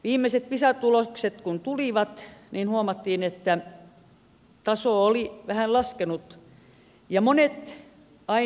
viimeiset pisa tulokset kun tulivat niin huomattiin että taso oli vähän laskenut